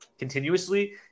continuously